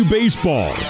Baseball